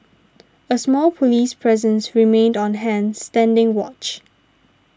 a small police presence remained on hand standing watch